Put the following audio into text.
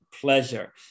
pleasure